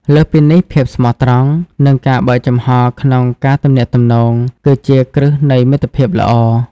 លើសពីនេះ ភាពស្មោះត្រង់ និងការបើកចំហរក្នុងការទំនាក់ទំនង គឺជាគ្រឹះនៃមិត្តភាពល្អ។